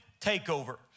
takeover